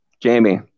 Jamie